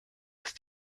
ist